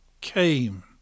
came